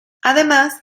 además